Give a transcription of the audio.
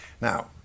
Now